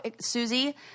Susie